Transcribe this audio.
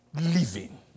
living